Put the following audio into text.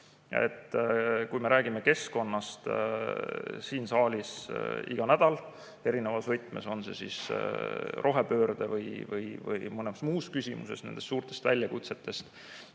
Me räägime keskkonnast siin saalis iga nädal, erinevas võtmes, on see siis rohepöörde või mõnes muus küsimuses, nendest suurtest väljakutsetest.